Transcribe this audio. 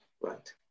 right